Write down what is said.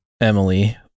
emily